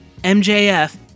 MJF